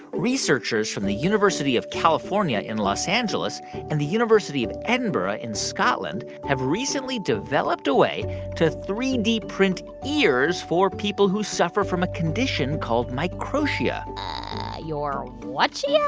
researchers from the university of california in los angeles and the university of edinburgh in scotland have recently developed a way to three d print ears for people who suffer from a condition called microtia your whatchia?